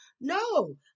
No